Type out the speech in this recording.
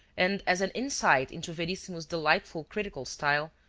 and as an insight into verissimo's delightful critical style,